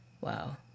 Wow